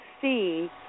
see